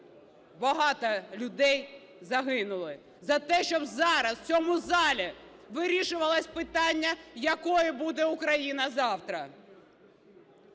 багато людей загинули, за те, щоб зараз в цьому залі вирішувалось питання, якою буде Україна завтра.